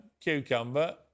cucumber